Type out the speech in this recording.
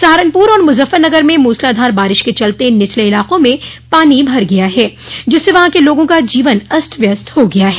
सहारनपुर और मुजफ्फरनगर में मूसलाधार बारिश के चलते निचले इलाकों में पानी भर गया है जिससे वहां के लोगों का जीवन अस्त व्यस्त हो गया है